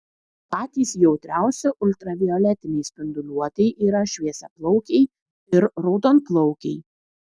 patys jautriausi ultravioletinei spinduliuotei yra šviesiaplaukiai ir raudonplaukiai